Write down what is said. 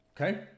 Okay